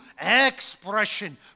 expression